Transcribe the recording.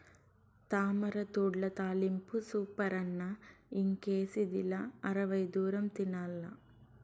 తామరతూడ్ల తాలింపు సూపరన్న ఇంకేసిదిలా అరవై దూరం తినాల్ల